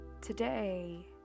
today